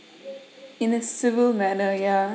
in a civil manner ya